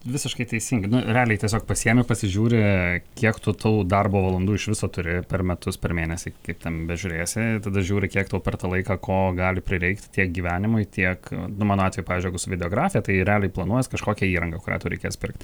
visiškai teisingai nu realiai tiesiog pasiimi pasižiūri kiek tu tų darbo valandų iš viso turi per metus per mėnesį kaip ten bežiūrėsi ir tada žiūri kiek tau per tą laiką ko gali prireikti tiek gyvenimui tiek nu mano atveju pavyzdžiui jeigu su videografija tai realiai planuojies kažkokią įrangą kurią tau reikės pirkt